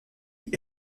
elle